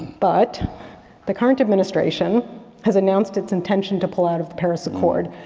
but the current administration has announced its intention to pull out of the paris accord.